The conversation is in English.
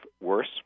worse